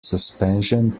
suspension